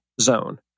zone